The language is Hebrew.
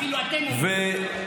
אפילו אתם אומרים.